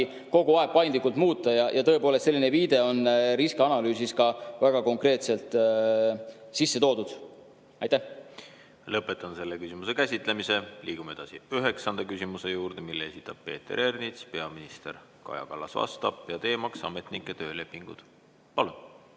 kogu aeg paindlikult muuta. Ja tõepoolest, selline viide on riskianalüüsis ka väga konkreetselt [olemas]. Lõpetan selle küsimuse käsitlemise. Liigume edasi üheksanda küsimuse juurde, mille esitab Peeter Ernits, peaminister Kaja Kallas vastab ja teema on ametnike töölepingud. Liigume